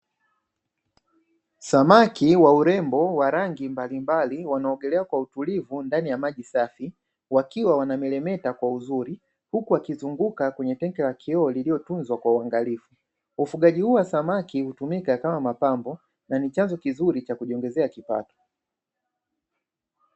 Samaki wa urembo wa rangi mbalimbali, wanaogelea kwa utulivu ndani ya maji safi, wakiwa wanameremeta kwa uzuri huku wakizunguka kwenye tenki la kioo lililotunzwa kwa uangalifu. Ufugaji huu wa samaki hutumika kama mapambo na ni chanzo kizuri cha kujiongezea kipato.